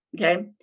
okay